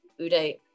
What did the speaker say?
Uday